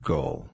Goal